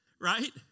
right